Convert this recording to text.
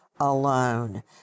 Alone